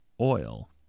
oil